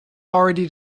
already